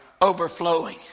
overflowing